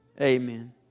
Amen